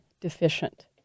deficient